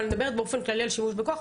אבל אני מדברת באופן כללי על שימוש בכוח,